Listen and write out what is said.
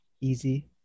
Easy